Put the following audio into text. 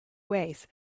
ways